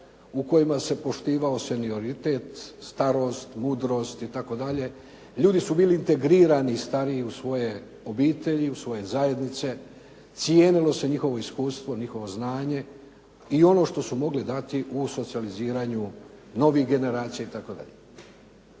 u kojima se poštivao senioritet, starost, mudrost i tako dalje. Ljudi su bili integrirani stariji u svoje obitelji, u svoje zajednice, cijenilo se njihovo iskustvo, njihovo znanje i ono što su mogli dati u socijaliziranju novih generacija i